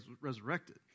resurrected